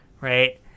Right